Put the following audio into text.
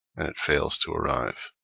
and it fails to arrive.